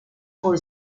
por